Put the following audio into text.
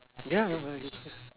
ya alright